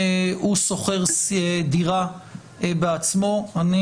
שוכר דירה בעצמו ובין הוא משכיר או אדם שבבעלותו דירת מגורים.